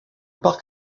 parc